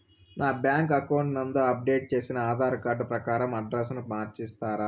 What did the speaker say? నా bank account నందు update చేసిన ఆధార్ కార్డు ప్రకారం అడ్రస్ ను మార్చిస్తారా?